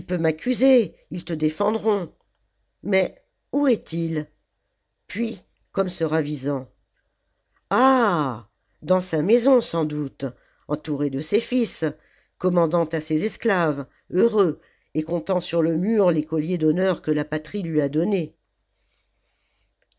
m'accuser ils te défendront mais où est-il puis comme se ravisant ah dans sa maison sans doute entouré de ses fils commandant à ses esclaves heureux et comptant sur le mur les colliers d'honneur que la patrie lui a donnés